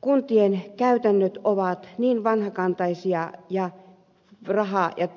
kuntien käytännöt ovat niin vanhakantaisia ja rahaa ja